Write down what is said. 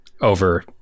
over